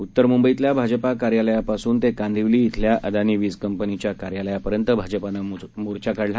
उत्तर मुंबईतल्या भाजपा कार्यालयापासून ते कांदिवली इथल्या अदानी वीज कंपनीच्या कार्यालयापर्यंत भाजपानं मोर्चा काढला